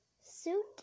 Suit